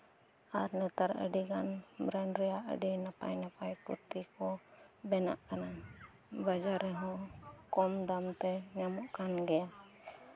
ᱟᱨ ᱱᱮᱛᱟᱨ ᱟᱹᱰᱤ ᱜᱟᱱ ᱵᱨᱮᱱ ᱨᱮᱱᱟᱜ ᱟᱹᱰᱤ ᱱᱟᱯᱟᱭ ᱱᱟᱯᱟᱭ ᱠᱩᱨᱛᱤ ᱠᱚ ᱵᱮᱱᱟᱜ ᱠᱟᱱᱟ ᱵᱟᱡᱟᱨ ᱨᱮᱦᱚᱸ ᱠᱚᱢ ᱫᱟᱢ ᱛᱮ ᱧᱟᱢᱚᱜ ᱠᱟᱱ ᱜᱮᱭᱟ